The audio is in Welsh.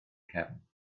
cefn